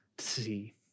see